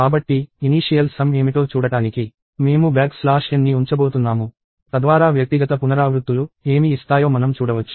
కాబట్టి initial sum ఏమిటో చూడటానికి మేము బ్యాక్ స్లాష్ nని ఉంచబోతున్నాము తద్వారా వ్యక్తిగత పునరావృత్తులు ఏమి ఇస్తాయో మనం చూడవచ్చు